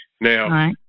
Now